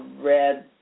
red